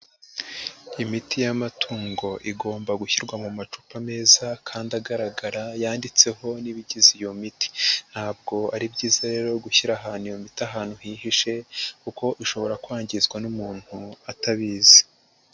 Imiti y'amatungo igomba gushyirwa mu macupa meza kandi agaragara yanditseho n'ibigize iyo miti. Ntabwo ari byiza rero gushyira ahantu iyo miti ahantu hihishe kuko ishobora kwangizwa n'umuntu atabizi.